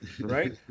Right